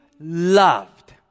loved